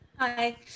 hi